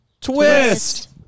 Twist